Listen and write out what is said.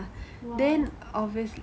!wah!